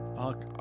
Fuck